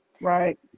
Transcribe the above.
Right